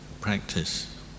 practice